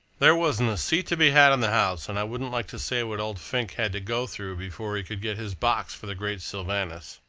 there wasn't a seat to be had in the house, and i wouldn't like to say what old fink had to go through before he could get his box for the great sylvanus.